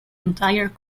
entire